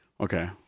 okay